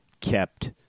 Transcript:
kept